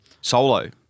Solo